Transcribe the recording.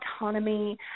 autonomy